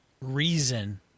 reason